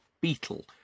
beetle